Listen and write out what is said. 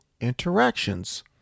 interactions